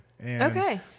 Okay